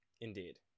Indeed